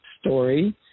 story